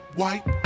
white